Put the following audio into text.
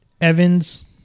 Evans